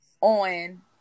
on